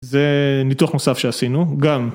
זה ניתוח נוסף שעשינו, גם.